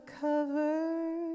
cover